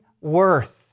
worth